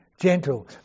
gentle